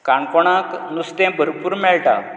काणकोणांत नुस्तें भरपूर मेळटा